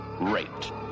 raped